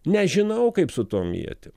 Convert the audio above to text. nežinau kaip su tom ietim